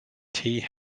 tea